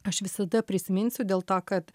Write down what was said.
aš visada prisiminsiu dėl to kad